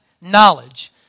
Knowledge